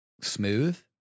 smooth